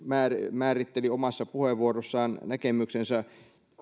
määritteli omassa puheenvuorossaan näkemyksensä